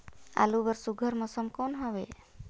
आलू बर सुघ्घर मौसम कौन हवे?